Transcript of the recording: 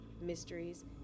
mysteries